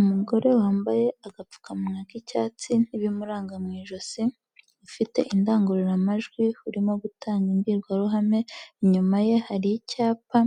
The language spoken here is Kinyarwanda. Umugore wambaye agapfukamunwa k'icyatsi n'ibimuranga mu ijosi, ufite indangururamajwi, urimo gutanga imbwirwaruhame, inyuma ye hari icyapa